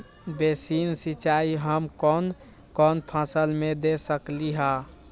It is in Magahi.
बेसिन सिंचाई हम कौन कौन फसल में दे सकली हां?